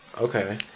okay